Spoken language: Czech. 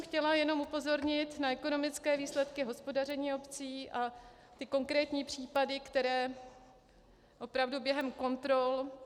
Chtěla jsem jenom upozornit na ekonomické výsledky hospodaření obcí a ty konkrétní případy, které opravdu během kontrol jsou.